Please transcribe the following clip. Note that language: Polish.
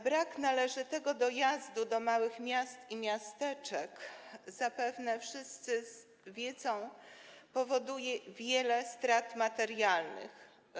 Brak należytego dojazdu do małych miast i miasteczek, jak zapewne wszyscy wiedzą, powoduje wiele strat materialnych.